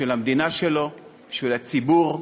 בשביל המדינה שלו, בשביל הציבור,